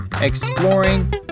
exploring